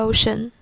Ocean 。